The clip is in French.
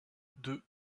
deux